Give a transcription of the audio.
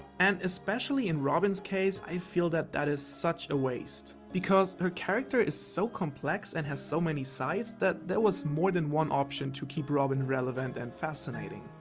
and especially in robin's case i feel that that is such a waste. because her character is so complex and has so many sides, that there was more than one option to keep robin relevant and fascinating.